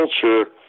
culture